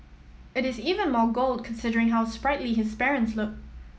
it is even more gold considering how sprightly his parents look